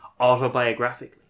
autobiographically